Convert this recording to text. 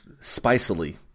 spicily